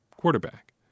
Quarterback